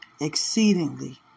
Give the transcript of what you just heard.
Exceedingly